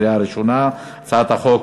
התשע"ג 2013,